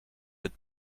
but